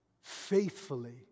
faithfully